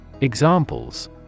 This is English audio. Examples